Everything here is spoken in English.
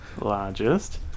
largest